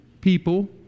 people